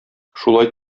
шулай